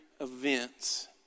events